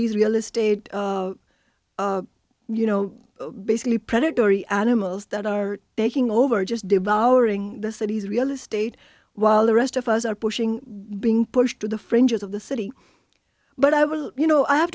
these real estate you know basically predatory animals that are taking over just devouring the city's real estate while the rest of us are pushing being pushed to the fringes of the city but i will you know i